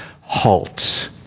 halt